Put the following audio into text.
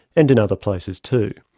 and in other places too.